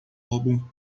álbum